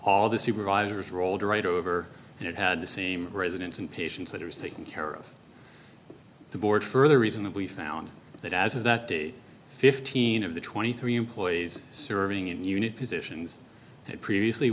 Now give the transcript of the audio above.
all the supervisors rolled right over and it had the same residents and patients that it was taking care of the board further reason that we found that as of that day fifteen of the twenty three employees serving in unit positions had previously